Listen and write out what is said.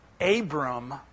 Abram